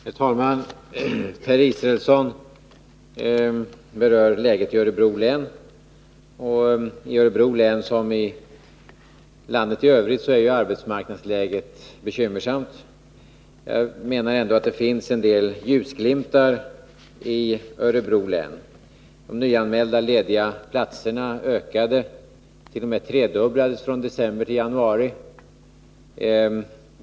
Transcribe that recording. Herr talman! Per Israelsson berörde läget i Örebro län. Arbetsmarknadsläget där, liksom i landet i övrigt, är bekymmersamt, men jag menar ändå att det finns en del ljusglimtar i Örebro län. De nyanmälda lediga platserna ökade, ja, de t.o.m. tredubblades från december till januari.